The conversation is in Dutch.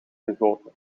gegoten